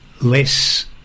less